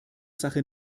sache